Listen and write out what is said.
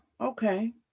Okay